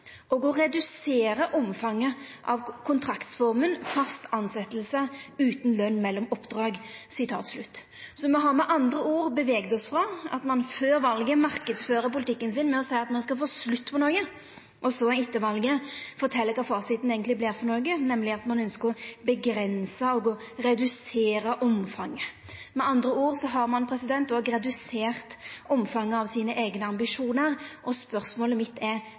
og også redusere omfanget av kontraktsformen fast ansettelse uten lønn mellom oppdrag.» Me har med andre ord bevega oss frå at ein før valet marknadsfører politikken sin med å seia at ein skal få slutt på noko, og så etter valet fortel kva fasiten eigentleg vart, nemleg at ein ønskjer å avgrensa og redusera omfanget. Med andre ord har ein òg redusert omfanget av sine eigne ambisjonar, og spørsmålet mitt er: